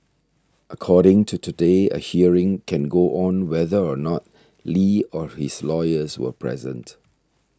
according to Today a hearing can go on whether or not Li or his lawyers are present